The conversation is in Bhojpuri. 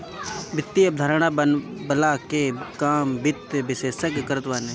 वित्तीय अवधारणा बनवला के काम वित्त विशेषज्ञ करत बाने